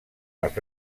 les